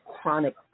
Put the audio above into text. chronic